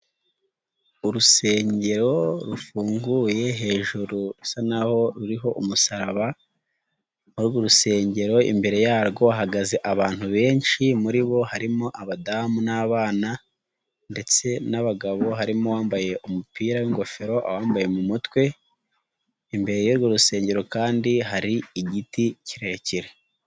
Urusengero rufunguye hejuru rusa n'aho ruriho umusaraba, urwo rusengero imbere yarwo hahagaze abantu benshi muri bo harimo abadamu n'abana ndetse n'abagabo harimo uwambaye umupira w'ingofero wambaye mu mutwe, imbere y'urwo rusengero kandi hari igiti kirekire.